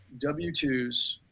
W-2s